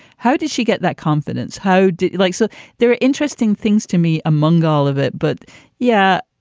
how did she get that confidence? how did you like. so there are interesting things to me among all of it. but yeah,